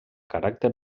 caràcter